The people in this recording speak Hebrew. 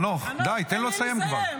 חנוך, די, תן לו לסיים כבר.